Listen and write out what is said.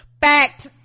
fact